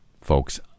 folks